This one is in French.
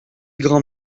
grands